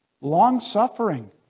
long-suffering